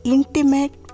Intimate